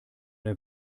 der